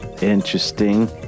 Interesting